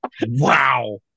Wow